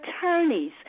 attorneys